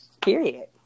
period